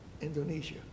Indonesia